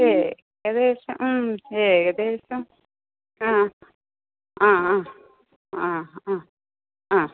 ഏകദേശം മ് ഏകദേശം ആ ആ ആ ആ ആ ആ